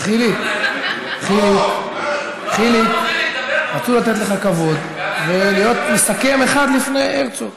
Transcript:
חיליק, רצו לתת לך כבוד ולסכם אחד לפני הרצוג.